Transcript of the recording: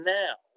now